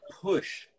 push